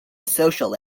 social